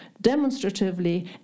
demonstratively